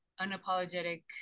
unapologetic